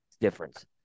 difference